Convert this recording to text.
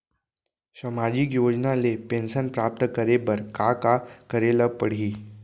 सामाजिक योजना ले पेंशन प्राप्त करे बर का का करे ल पड़ही?